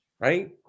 right